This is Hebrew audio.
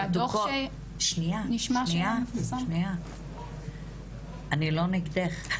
והדו"ח שנשמע- -- שניה, שניה אני לא נגדך.